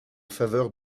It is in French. faveur